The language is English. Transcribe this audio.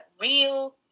real